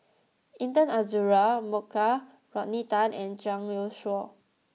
Intan Azura Mokhtar Rodney Tan and Zhang Youshuo